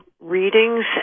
readings